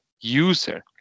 user